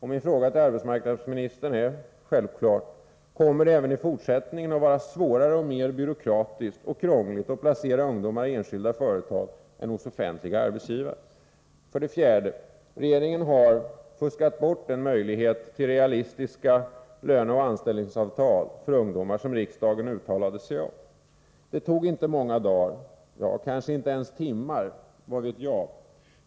Min fråga till arbetsmarknadsministern är självfallet: Kommer det även i fortsättningen att vara svårare, mer byråkratiskt och krångligt att placera ungdomar i enskilda företag än hos offentliga arbetsgivare? 4. Regeringen har fuskat bort den möjlighet till realistiska löneoch anställningsavtal som riksdagen uttalade sig om. Det tog inte många dagar, ja, kanske inte ens timmar — vad vet jag?